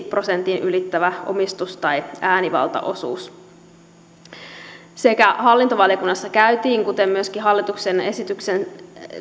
prosentin ylittävä omistus tai äänivaltaosuus hallintovaliokunnassa kuten myöskin hallituksen esityksen